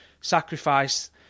sacrifice